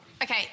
Okay